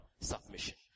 submission